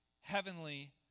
heavenly